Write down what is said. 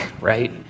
right